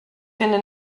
finde